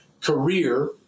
career